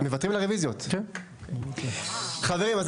קודם כל